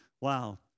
Wow